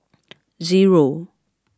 zero